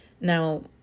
Now